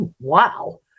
Wow